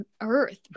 earth